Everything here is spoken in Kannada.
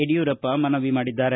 ಯಡಿಯೂರಪ್ಪ ಮನವಿ ಮಾಡಿದ್ದಾರೆ